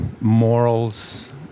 morals